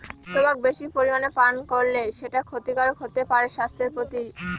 tobacco বেশি পরিমানে পান করলে সেটা ক্ষতিকারক হতে পারে স্বাস্থ্যের প্রতি